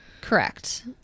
correct